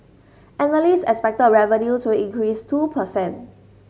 analysts expected revenue to increase two per cent